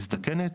ומזדקנת.